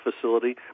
facility